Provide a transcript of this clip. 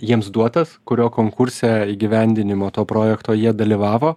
jiems duotas kurio konkurse įgyvendinimo to projekto jie dalyvavo